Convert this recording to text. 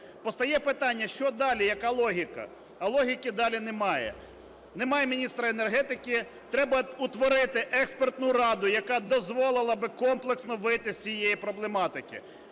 Постає питання: що далі, яка логіка? А логіки далі немає. Немає міністра енергетики. Треба утворити експертну раду, яка дозволили би комплексно вийти з цієї проблематики.